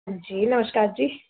ਹਾਂਜੀ ਨਮਸ਼ਕਾਰ ਜੀ